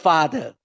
Father